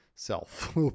self